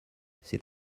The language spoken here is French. c’est